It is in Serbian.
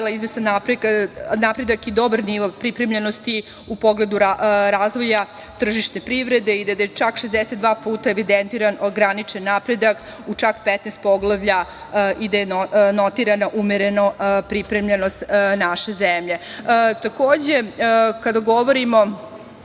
izvestan napredak i dobar nivo pripremljenosti u pogledu razvoja tržišne privrede i da je čak 62 puta evidentiran ograničen napredak u čak 15 poglavlja i da je notirana umerena pripremljenost naše zemlje. Kada govorimo